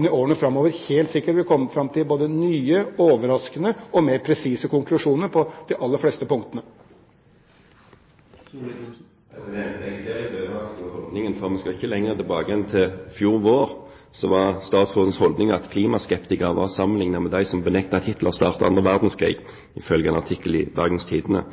i årene framover vil helt sikkert komme fram til både nye, overraskende og mer presise konklusjoner på de aller fleste punktene. Jeg blir litt overrasket over holdningen. Vi skal ikke lenger tilbake enn til i fjor vår, da var statsrådens holdning at klimaskeptikere kunne sammenliknes med dem som benektet at Hitler startet annen verdenskrig, ifølge en artikkel i Bergens Tidende.